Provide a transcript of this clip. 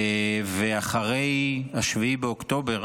ואחרי 7 באוקטובר